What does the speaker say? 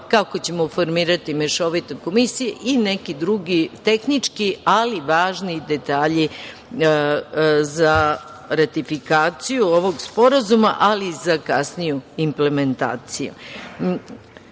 kako ćemo formirati mešovite komisije i neki drugi tehnički, ali važni detalji za ratifikaciju ovog Sporazuma, ali i za kasniju implementaciju.